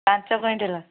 ପାଞ୍ଚ କୁଇଣ୍ଟାଲ୍